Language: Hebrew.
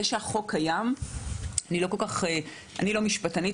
אני לא משפטנית,